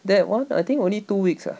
that one I think only two weeks ah